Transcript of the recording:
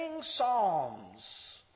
psalms